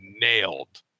nailed